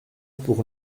pour